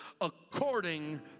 according